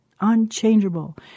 unchangeable